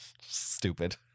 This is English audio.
Stupid